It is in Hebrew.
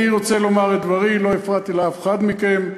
אני רוצה לומר את דברי, לא הפרעתי לאף אחד מכם,